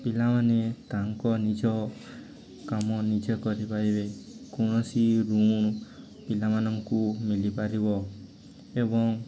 ପିଲାମାନେ ତାଙ୍କ ନିଜ କାମ ନିଜେ କରିପାରିବେ କୌଣସି ପିଲାମାନଙ୍କୁ ମିଲିପାରିବ ଏବଂ